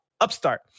Upstart